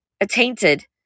attainted